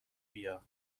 بیا